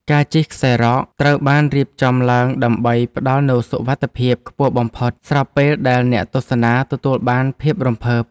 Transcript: ការជិះខ្សែរ៉កត្រូវបានរៀបចំឡើងដើម្បីផ្ដល់នូវសុវត្ថិភាពខ្ពស់បំផុត ស្របពេលដែលអ្នកទស្សនាទទួលបានភាពរំភើប។